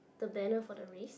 the banner for the race